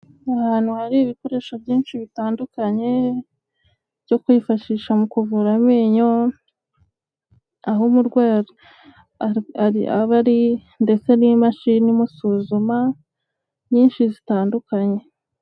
Ahantu hari ibikoresho byinshi bitandukanye byo kwifashisha mu kuvura amenyo, aho umurwayi aba ari ndetse n'imashini imusuzuma nyinshi zitandukanye.